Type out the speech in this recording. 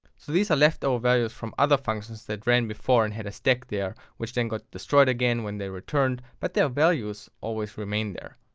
so these are leftover values from other functions that ran before and had a stack there, which then got destroyed again when they returned, but their values always remain there.